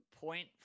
point